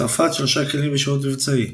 צרפת צרפת – 3 כלים בשירות מבצעי.